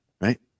right